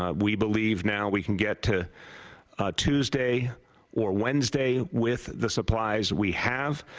ah we believe now we can get to tuesday or wednesday with the supplies we have.